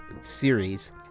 series